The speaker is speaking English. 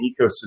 ecosystem